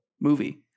movie